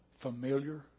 familiar